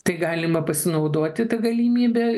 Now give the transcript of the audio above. tai galima pasinaudoti ta galimybe